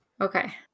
Okay